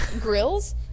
grills